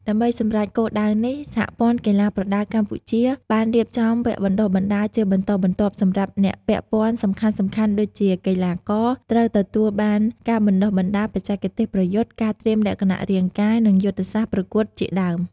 ដើម្បីសម្រេចគោលដៅនេះ សហព័ន្ធកីឡាប្រដាល់កម្ពុជា បានរៀបចំវគ្គបណ្តុះបណ្តាលជាបន្តបន្ទាប់សម្រាប់អ្នកពាក់ព័ន្ធសំខាន់ៗដូចជា កីឡាករ ត្រូវទទួលបានការបណ្តុះបណ្តាលបច្ចេកទេសប្រយុទ្ធ ការត្រៀមលក្ខណៈរាងកាយ និងយុទ្ធសាស្ត្រប្រកួតជាដើម។